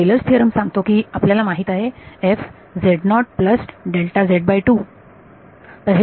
तर Taylor's theorem Taylor's theorem सांगतो की आपल्याला माहीत आहे